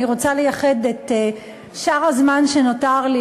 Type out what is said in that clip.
אני רוצה לייחד את שאר הזמן שנותר לי